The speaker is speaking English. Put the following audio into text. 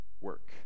work